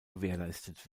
gewährleistet